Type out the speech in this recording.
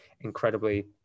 incredibly